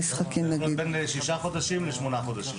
זה יכול להיות בין שישה חודשים לשמונה חודשים.